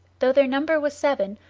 though their number was seven,